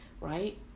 Right